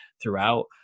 Throughout